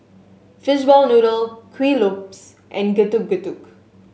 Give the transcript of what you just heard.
fishball noodle Kuih Lopes and Getuk Getuk